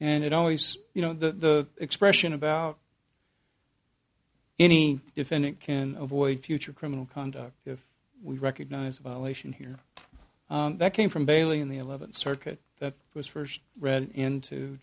and it always you know the expression about any defendant can avoid future criminal conduct if we recognize a violation here that came from bailey in the eleventh circuit that was first read in to